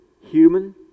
human